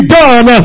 done